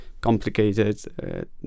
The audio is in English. complicated